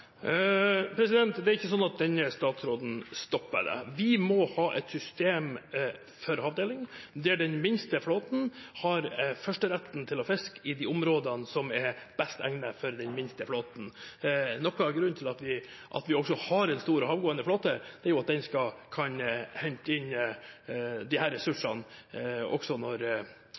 Det er ikke sånn at denne statsråden stopper det. Vi må ha et system for havdeling der den minste flåten har førsteretten til å fiske i de områdene som er best egnet for den minste flåten. Noe av grunnen til at vi også har en stor havgående flåte, er at den kan hente inn disse ressursene også når